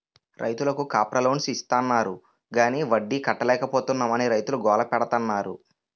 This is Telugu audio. రైతులకు క్రాప లోన్స్ ఇస్తాన్నారు గాని వడ్డీ కట్టలేపోతున్నాం అని రైతులు గోల పెడతన్నారు